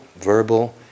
verbal